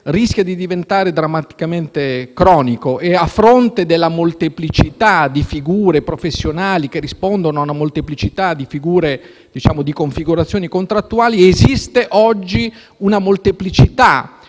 rischia di diventare drammaticamente cronico e, a fronte della molteplicità di figure professionali che rispondono ad una molteplicità di configurazioni contrattuali, esiste oggi una molteplicità